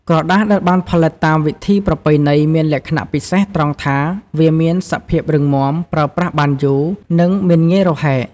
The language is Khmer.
ក្រដាសដែលបានផលិតតាមវិធីប្រពៃណីមានលក្ខណៈពិសេសត្រង់ថាវាមានសភាព រឹងមាំ ប្រើប្រាស់បានយូរ និងមិនងាយរហែក។